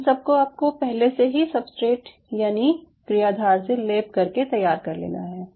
इन सबको आपको पहले से ही सब्सट्रेट यानि क्रियाधार से लेप कर के तैयार कर लेना है